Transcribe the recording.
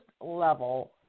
level